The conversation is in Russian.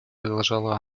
продолжала